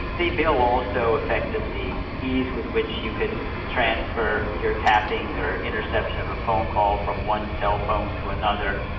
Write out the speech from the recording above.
the bill also affected the ease with which you could transfer your tapping or interception of a phone call from one cellphone to another,